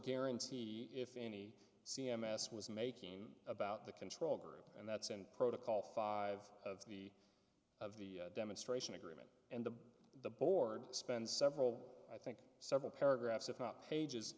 guarantee if any c m s was making about the control group and that's and protocol five of the of the demonstration agreement and the the board spend several i think several paragraphs of up pages